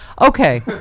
Okay